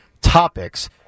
topics